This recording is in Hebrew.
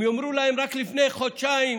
הם יאמרו להם: רק לפני חודשיים